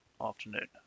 afternoon